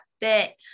bit